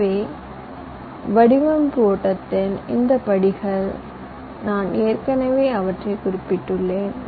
எனவே வடிவமைப்பு ஓட்டத்தில் இந்த படிகள் நான் ஏற்கனவே அவற்றைக் குறிப்பிட்டுள்ளேன்